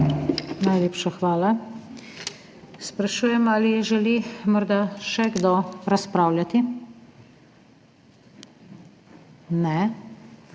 Najlepša hvala. Sprašujem, ali želi morda še kdo razpravljati? Ne.